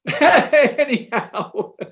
anyhow